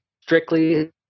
strictly